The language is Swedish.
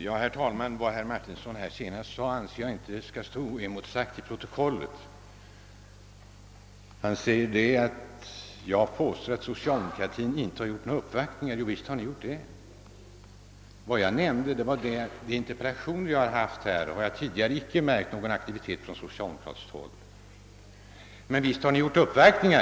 Herr talman! Vad herr Martinsson senast vttrade anser jag inte böra stå oemotsagt i protokollet. Han säger att jag påstår, att socialdemokraterna inte gjort några uppvaktningar. Jovisst har ni gjort det! Vad jag nämnde i samband med interpellationen var att jag inte tidigare märkt någon aktivitet från socialdemokratiskt håll i riksdagen för dessa frågor, men visst har ni gjort uppvaktningar.